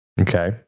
Okay